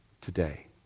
today